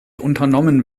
unternommen